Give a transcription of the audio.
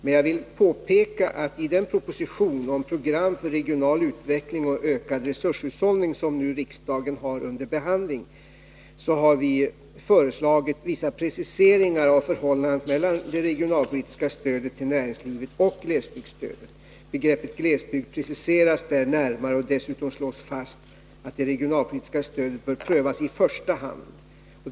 Men jag vill påpeka att i den proposition om program för regional utveckling och ökad resurshushållning, som riksdagen nu har under behandling, har vi föreslagit vissa preciseringar av förhållandet mellan det regionalpolitiska stödet till näringslivet och glesbygdsstödet. Begreppet glesbygd preciseras där närmare, och dessutom slås fast att det regionalpolitiska stödet bör prövas i första hand.